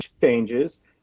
changes